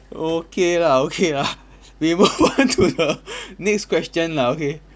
okay lah okay lah we move on to the next question lah okay